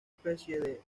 especie